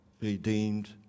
redeemed